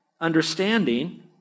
understanding